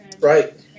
Right